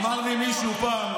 אמר לי מישהו פעם,